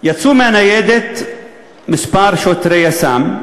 יצאו מהניידת כמה שוטרי יס"מ,